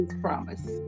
promise